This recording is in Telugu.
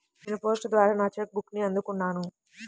నేను పోస్ట్ ద్వారా నా చెక్ బుక్ని అందుకున్నాను